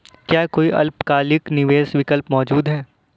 क्या कोई अल्पकालिक निवेश विकल्प मौजूद है?